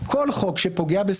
מה הייתה המחלוקת?